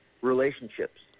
relationships